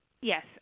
Yes